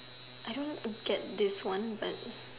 I don't get this one but